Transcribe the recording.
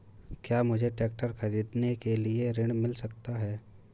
क्या मुझे ट्रैक्टर खरीदने के लिए ऋण मिल सकता है?